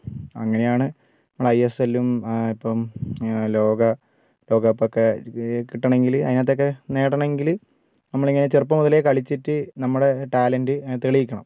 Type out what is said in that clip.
അങ്ങനെയാണ് നമ്മൾ ഐ എസ് എല്ലും ഇപ്പം ലോക ലോകകപ്പൊക്കെ കിട്ടണമെങ്കിൽ അതിനകത്തൊക്കെ നേടണമെങ്കിൾ നമ്മളിങ്ങനെ ചെറുപ്പം മുതലേ കളിച്ചിട്ട് നമ്മുടെ ടാലന്റ് തെളിയിക്കണം